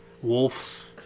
Wolves